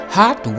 hot